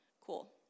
Cool